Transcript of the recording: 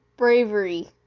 Bravery